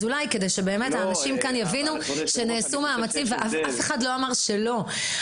אולי כדי שאנשים כאן יבינו שנעשו מאמצים ואף אחד לא אמר שלא נעשו,